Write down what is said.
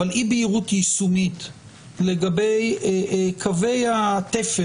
אבל אי-בהירות יישומית לגבי קווי התפר